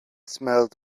smelled